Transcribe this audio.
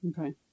Okay